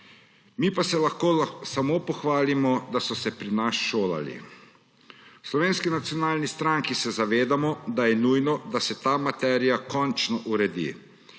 mi pa se lahko samo pohvalimo, da so se pri nas šolali. V Slovenski nacionalni stranki se zavedamo, da je nujno, da se ta materija končno uredi.